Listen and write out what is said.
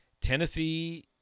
tennessee